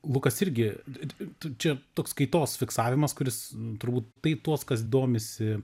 lukas irgi tai tai čia toks kaitos fiksavimas kuris turbūt tai tuos kas domisi